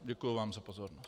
Děkuji vám za pozornost.